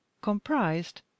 comprised